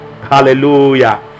Hallelujah